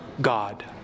God